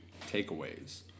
takeaways